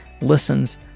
listens